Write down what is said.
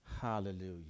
Hallelujah